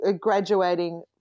graduating